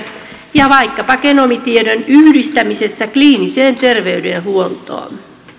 ja vaikkapa genomitiedon yhdistämisessä kliiniseen terveydenhuoltoon